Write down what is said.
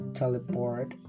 teleport